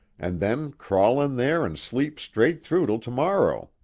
and then crawl in there an' sleep straight through till to-morrow,